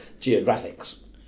geographics